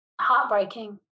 heartbreaking